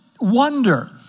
wonder